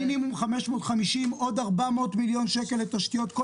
מינימום 550. עוד 400 מיליון שקל תשתיות.